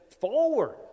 forward